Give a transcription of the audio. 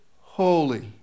Holy